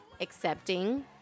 accepting